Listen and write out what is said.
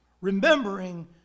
Remembering